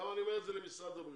אני גם אומר את זה למשרד הבריאות,